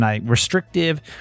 restrictive